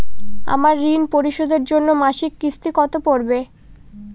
আমার ঋণ পরিশোধের জন্য মাসিক কিস্তি কত পড়বে?